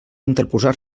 interposar